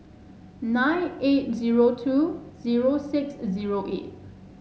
nine eight zero two zero six zero eight